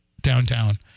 downtown